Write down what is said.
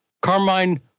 Carmine